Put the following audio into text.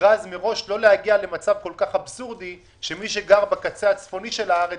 ובמכרז מראש לא להגיע למצב כל כך אבסורדי שמי שגר בקצה הצפוני של הארץ